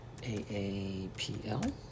AAPL